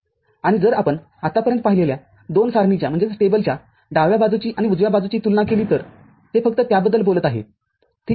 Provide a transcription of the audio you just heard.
आणि जर आपण आतापर्यंत पाहिलेल्या २ सारणीच्या डाव्या बाजूची आणि उजव्या बाजूची तुलना केली तर ते फक्त त्याबद्दल बोलत आहे ठीक आहे